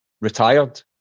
retired